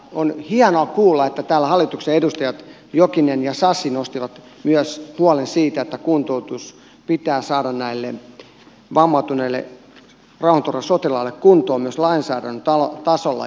on hienoa kuulla että täällä hallituksen edustajat jokinen ja sasi nostivat myös huolen siitä että kuntoutus pitää saada näille vammautuneille rauhanturvasotilaille kuntoon myös lainsäädännön tasolla